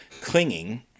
clinging